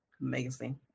Amazing